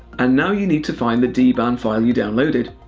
and now you need to find the dban file you downloaded.